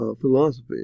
philosophy